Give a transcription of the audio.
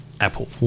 Apple